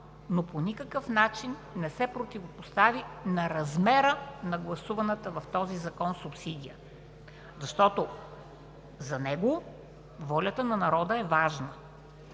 но по никакъв начин не се противопостави на размера на гласуваната в този закон субсидия, защото за него волята на народа е важна.